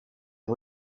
est